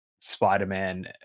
Spider-Man